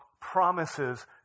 promises